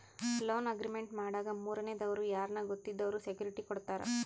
loan agreement ಮಾಡಾಗ ಮೂರನೇ ದವ್ರು ಯಾರ್ನ ಗೊತ್ತಿದ್ದವ್ರು ಸೆಕ್ಯೂರಿಟಿ ಕೊಡ್ತಾರ